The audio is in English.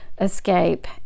escape